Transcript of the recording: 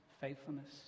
faithfulness